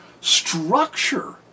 structure